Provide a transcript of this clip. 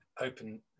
open